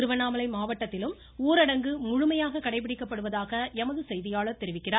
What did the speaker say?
திருவண்ணாமலை மாவட்டத்திலும் ஊரடங்கு முழுமையாக கடைபிடிக்கப்படுவதாக எமது செய்தியாளர் தெரிவிக்கிறார்